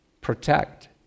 Protect